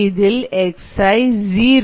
இதில் xi zero